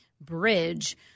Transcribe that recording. bridge